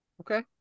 okay